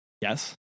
yes